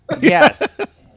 Yes